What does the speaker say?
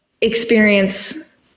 experience